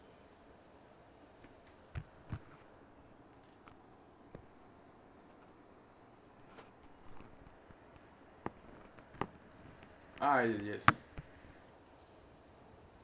ah yes